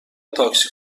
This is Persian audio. تاکسی